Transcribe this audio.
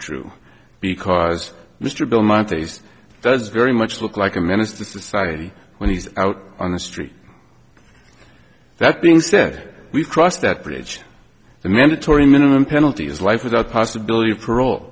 true because mr bill montes does very much look like a menace to society when he's out on the street that being said we cross that bridge the mandatory minimum penalty is life without possibility of parole